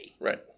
Right